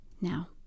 Now